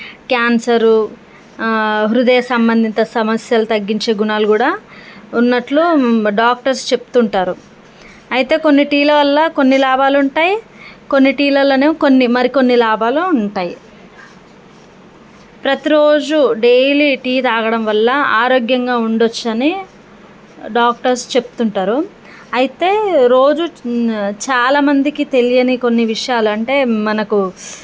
cancer హృదయ సంబంధిత సమస్యలు తగ్గించే గుణాలు కూడా ఉన్నట్లు డాక్టర్స్ చెప్తుంటారు అయితే కొన్ని టీల వల్ల కొన్ని లాభాలు ఉంటాయి కొన్ని టీలలోనే కొన్ని మరికొన్ని లాభాలు ఉంటాయి ప్రతిరోజు డైలీ టీ తాగడం వల్ల ఆరోగ్యంగా ఉండొచ్చని డాక్టర్స్ చెప్తుంటారు అయితే రోజు చాలా మందికి తెలియని కొన్ని విషయాలు అంటే మనకు